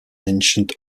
ancient